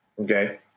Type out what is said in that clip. okay